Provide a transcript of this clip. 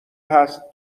هست